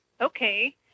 Okay